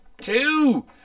two